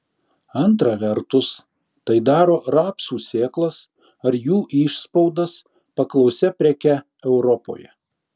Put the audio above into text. antra vertus tai daro rapsų sėklas ar jų išspaudas paklausia preke europoje